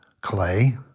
Clay